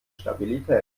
stabilität